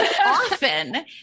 Often